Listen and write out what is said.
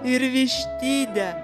ir vištidę